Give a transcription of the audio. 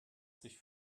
sich